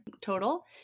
total